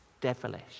devilish